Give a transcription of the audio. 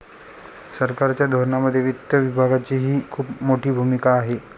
सरकारच्या धोरणांमध्ये वित्त विभागाचीही खूप मोठी भूमिका आहे